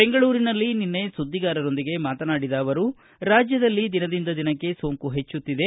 ಬೆಂಗಳೂರಿನಲ್ಲಿ ನಿನ್ನೆ ಸುದ್ದಿಗಾರರೊಂದಿಗೆ ಮಾತನಾಡಿದ ಅವರು ರಾಜ್ಯದಲ್ಲಿ ದಿನದಿಂದ ದಿನಕ್ಕೆ ಸೋಂಕು ಹೆಚ್ಚುತ್ತಿದೆ